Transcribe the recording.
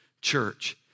church